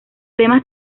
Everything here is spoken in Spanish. temas